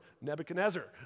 Nebuchadnezzar